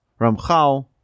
Ramchal